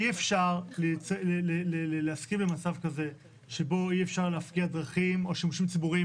אי אפשר להסכים למצב כזה שבו אי אפשר להפקיע דרכים או שימושים ציבוריים,